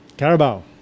Carabao